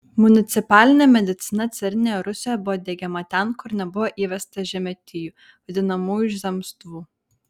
municipalinė medicina carinėje rusijoje buvo diegiama ten kur nebuvo įvesta žemietijų vadinamųjų zemstvų